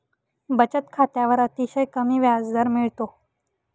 बचत खात्यावर अतिशय कमी व्याजदर मिळतो